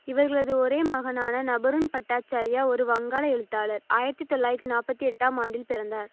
இவர்களது ஒரே மகனான நபருண் பட்டாச்சார்யா ஒரு வங்காள எழுத்தாளர் ஆயிரத்தி தொள்ளாயிரத்தி நாற்பத்தி எட்டாம் ஆண்டில் பிறந்தார்